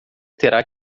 terá